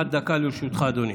עד דקה לרשותך, אדוני.